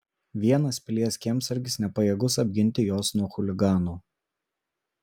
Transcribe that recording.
vienas pilies kiemsargis nepajėgus apginti jos nuo chuliganų